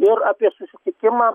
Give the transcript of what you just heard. ir apie susitikimą